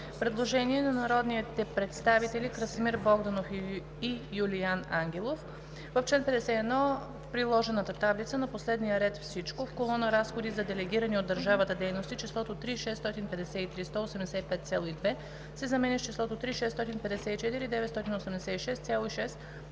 Предложение на народните представители Красимир Илиев Богданов и Юлиан Кръстев Ангелов: „В чл. 51, в приложената таблица на последния ред „Всичко“ в колона „Разходи за делегирани от държавата дейности“ числото „3 653 185,2“ се заменя с числото „3 654 986,6“